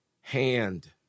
hand